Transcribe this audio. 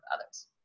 others